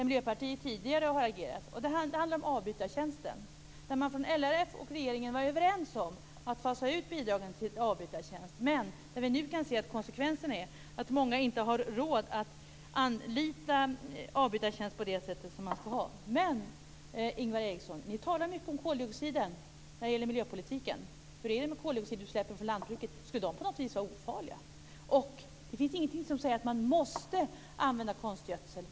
Miljöpartiet har agerat tidigare. Det handlar om avbytartjänsten. LRF och regeringen var överens om att fasa ut bidragen till avbytartjänsten, men vi kan nu se att konsekvensen är att många inte har råd att anlita avbytartjänst på det sätt som behövs. Ni talar mycket om koldioxiden när det gäller miljöpolitiken, Ingvar Eriksson. Hur är det med koldioxidutsläppen från lantbruket? Skulle de på något vis vara ofarliga? Det finns ingenting som säger att man måste använda konstgödsel.